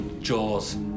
Jaws